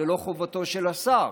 זו לא חובתו של השר.